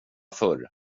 förr